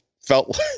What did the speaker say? felt